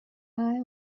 eye